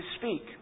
speak